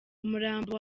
umurambo